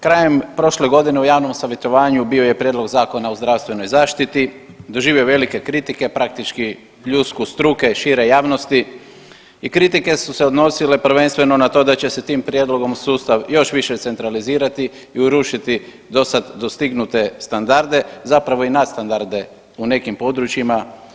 Krajem prošle godine u javnom savjetovanju bio je Prijedlog zakona o zdravstvenoj zaštiti, doživio je velike kritike, praktički pljusku struke i šire javnosti i kritike su se odnosile prvenstveno na to da će se tim prijedlogom sustav još više centralizirati i urušiti do sad dostignute standarde, zapravo i nadstandarde u nekim područjima.